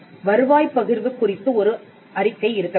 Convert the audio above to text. வருவாய் பகிர்வு குறித்து ஒரு அறிக்கை இருக்க வேண்டும்